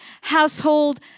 household